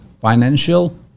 financial